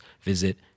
visit